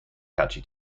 catchy